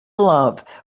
love